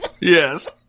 Yes